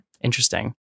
Interesting